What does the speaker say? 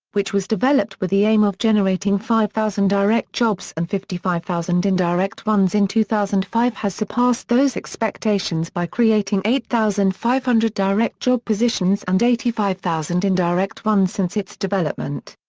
which was developed with the aim of generating five thousand direct jobs and fifty five thousand indirect ones in two thousand and five has surpassed those expectations by creating eight thousand five hundred direct job positions and eighty five thousand indirect ones since its development.